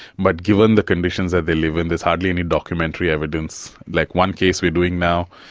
but given the conditions that they live in, there's hardly any documentary evidence. like one case we are doing now,